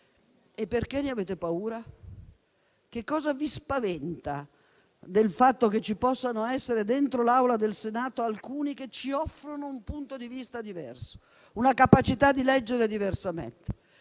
E perché ne avete paura? Che cosa vi spaventa del fatto che ci possano essere dentro l'Aula del Senato alcuni che ci offrono un punto di vista diverso, una capacità di leggere diversamente?